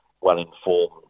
well-informed